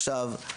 עכשיו,